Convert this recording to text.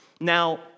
now